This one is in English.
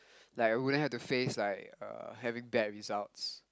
like I wouldn't have to face like uh having bad results